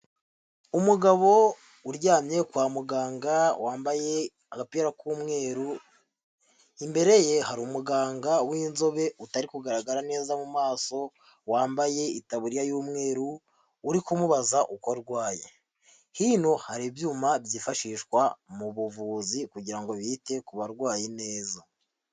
Umugabo uryamye kwa muganga wambaye agapira k'umweru, imbere ye hari umuganga w'inzobe utari kugaragara neza mu maso, wambaye itaburiya y'umweru uri kumubaza uko arwaye. Hino hari ibyuma byifashishwa mu buvuzi kugira ngo bite ku barwaye neza.